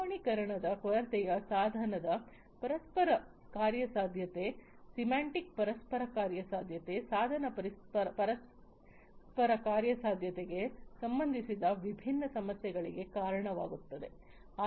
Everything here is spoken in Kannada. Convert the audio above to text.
ಪ್ರಮಾಣೀಕರಣದ ಕೊರತೆಯು ಸಾಧನದ ಪರಸ್ಪರ ಕಾರ್ಯಸಾಧ್ಯತೆ ಸಿಮ್ಯಾಂಟಿಕ್ ಪರಸ್ಪರ ಕಾರ್ಯಸಾಧ್ಯತೆ ಸಾಧನ ಪರಸ್ಪರ ಕಾರ್ಯಸಾಧ್ಯತೆಗೆ ಸಂಬಂಧಿಸಿದ ವಿಭಿನ್ನ ಸಮಸ್ಯೆಗಳಿಗೆ ಕಾರಣವಾಗುತ್ತದೆ